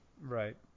right